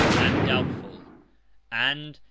and doubtful and,